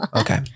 Okay